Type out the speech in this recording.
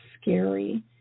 scary